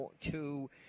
two